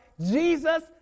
Jesus